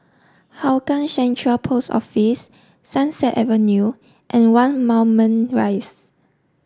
Hougang Central Post Office Sunset Avenue and one Moulmein rise